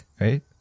right